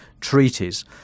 treaties